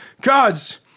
gods